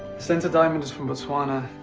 center diamond is from botswana.